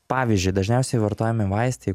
pavyzdžiui dažniausiai vartojami vaistai